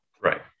Right